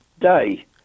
day